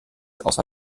außer